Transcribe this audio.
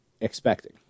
expecting